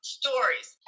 stories